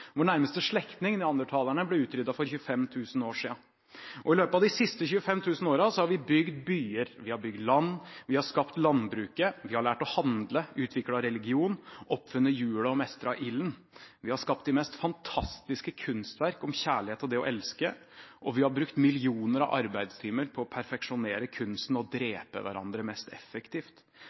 vår moderne form, er omtrent 200 000 år gamle. Vår nærmeste slektning, neandertalerne, ble utryddet for 25 000 år siden. I løpet av de siste 25 000 årene har vi bygd byer, vi har bygd land, vi har skapt landbruket, vi har lært å handle, vi har utviklet religion, vi har oppfunnet hjulet, og vi har mestret ilden. Vi har skapt de mest fantastiske kunstverk om kjærlighet og det å elske, og vi har brukt millioner av arbeidstimer på å